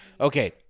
Okay